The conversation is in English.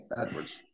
Edwards